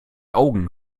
augen